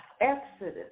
Exodus